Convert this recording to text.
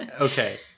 Okay